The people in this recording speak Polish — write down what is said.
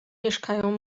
mieszkają